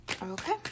Okay